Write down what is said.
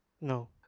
No